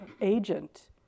agent